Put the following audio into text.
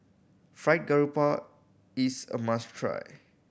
Fried Garoupa is a must try